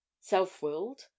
Self-willed